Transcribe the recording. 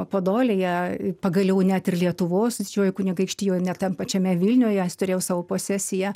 podolėje pagaliau net ir lietuvos didžiojoj kunigaikštijoj net tam pačiame vilniuje jis turėjo savo posesiją